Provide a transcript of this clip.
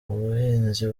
ubuhinzi